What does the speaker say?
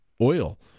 oil